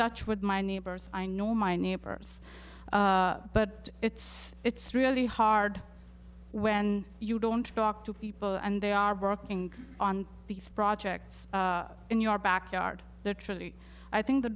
touch with my neighbors i nor my neighbors but it's it's really hard when you don't talk to people and they are working on these projects in your backyard they're truly i think the